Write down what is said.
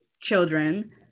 children